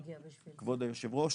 כבוד היושב ראש,